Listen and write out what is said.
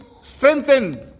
strengthened